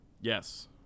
Yes